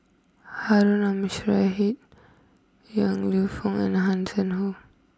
Harun Yong Lew Foong and Hanson Ho